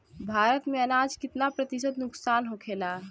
भारत में अनाज कितना प्रतिशत नुकसान होखेला?